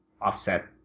offset